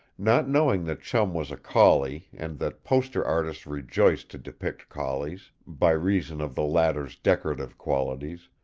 not knowing that chum was a collie and that poster artists rejoice to depict collies, by reason of the latter's decorative qualities,